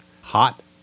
hot